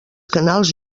canals